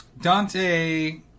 Dante